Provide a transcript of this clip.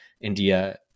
India